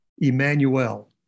Emmanuel